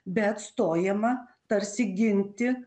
bet stojama tarsi ginti